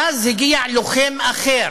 ואז הגיע לוחם אחר: